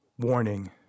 warning